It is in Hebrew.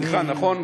נכון.